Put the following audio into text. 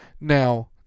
Now